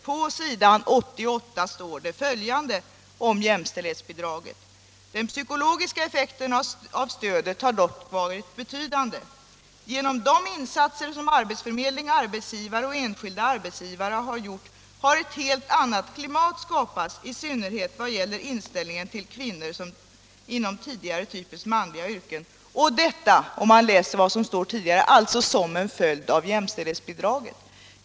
Det heter där på s. 88 om jämställdhetsbidraget: ”Den psykologiska effekten av stödet har dock varit betydande. Genom de insatser som arbetsförmedling, arbetsgivare och enskilda arbetstagare har gjort har ett helt annat klimat skapats i synnerhet vad gäller inställningen till kvinnor inom tidigare typiskt manliga yrken.” Detta skall, vilket framgår om man har läst det som dessförinnan anförts, ha skett som en följd av jämställdhetsbidraget.